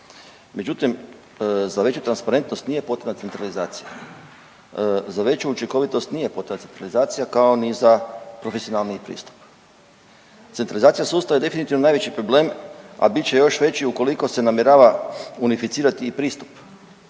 međutim za veću transparentnosti nije potrebna centralizacija, za veću učinkovitost nije potrebna centralizacija kao ni za profesionalniji pristup. Centralizacija sustava je definitivno najveći problem, a bit će još veći ukoliko se namjerava unificirati i pristup.